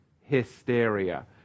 hysteria